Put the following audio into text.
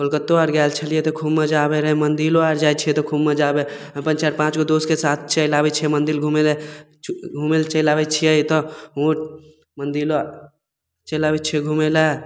कलकत्तो आर गेल छलियै तऽ खूब मजा आबय रहय मन्दिरो आर जाइ छियै तऽ खूब मजा आबय अपन चारि पाँचगो दोस्तके साथ चलि आबय छियै मन्दिर घुमय लए घुमय लए चलि आबय छियै तऽ ओ मन्दिरो चलि आबय छियै घुमय लए